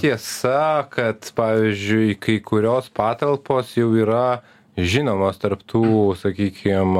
tiesa kad pavyzdžiui kai kurios patalpos jau yra žinomos tarp tų sakykim